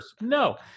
No